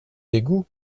dégoût